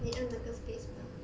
你按那个 spacebar